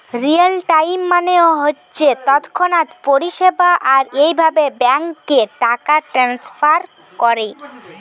real time মানে হচ্ছে তৎক্ষণাৎ পরিষেবা আর এভাবে ব্যাংকে টাকা ট্রাস্নফার কোরে